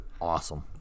awesome